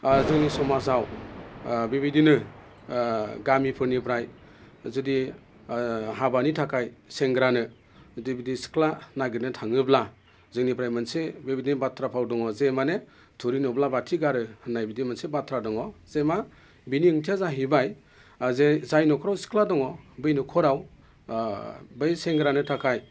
जोंनि समाजाव बेबायदिनो गामिफोरनिफ्राय जुदि हाबानि थाखाय सेंग्रानो जुदि बिदि सिख्ला नागिरनो थाङोब्ला जोंनिफ्राय मोनसे बेबायदिनो बाथ्रा भाव दङ जे माने थुरि नुब्ला बाथि गारो होननाय बायदि मोनसे बाथ्रा दङ जे मा बिनि ओंथिया जाहैबाय जे जाय न'खराव सिख्ला दङ बै न'खराव बै सेंग्रानि थाखाय